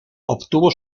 obtuvo